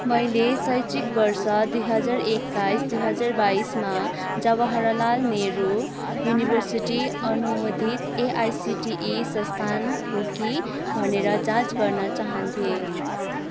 मैले शैक्षिक वर्ष दुई हजार एक्काइस दुई हजार बाइसमा जवाहरलाल नेहरू युनिभर्सिटी अनुमोदित एआइसिटिई संस्थान हो कि भनेर जाँच गर्न चाहन्थेँ